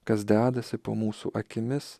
kas dedasi po mūsų akimis